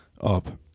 up